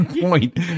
point